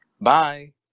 Bye